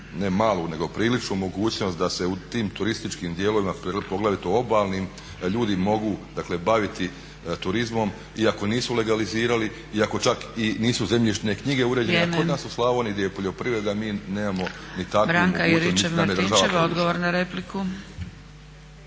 ne malu nego priličnu mogućnost da se u tim turističkim dijelovima poglavito obalnim ljudi mogu baviti turizmom iako nisu legalizirali iako čak nisu ni zemljišne knjige uređene. Kod nas u Slavoniji gdje je poljoprivreda mi nemamo ni takvu mogućnost niti nam je država pruža.